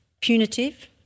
punitive